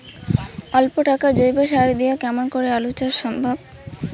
অল্প টাকার জৈব সার দিয়া কেমন করি আলু চাষ সম্ভব?